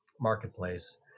marketplace